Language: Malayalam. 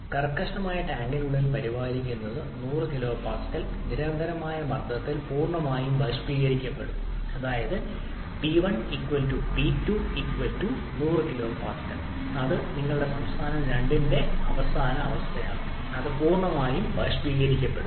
കർക്കശമായ ടാങ്കിനുള്ളിൽ പരിപാലിക്കുന്നത് 100 kPa യുടെ നിരന്തരമായ മർദ്ദത്തിൽ പൂർണ്ണമായും ബാഷ്പീകരിക്കപ്പെടുന്നു അതായത് P1 P2 100 kPa അത് നിങ്ങളുടെ സംസ്ഥാനം 2 ന്റെ അവസാന അവസ്ഥയാണ് അത് പൂർണ്ണമായും ബാഷ്പീകരിക്കപ്പെടുന്നു